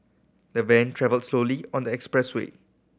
the van travelled slowly on the expressway